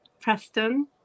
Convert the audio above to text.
Preston